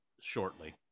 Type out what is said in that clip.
shortly